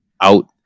out